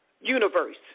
universe